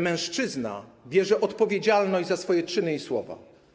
mężczyzna bierze odpowiedzialność za swoje czyny i słowa.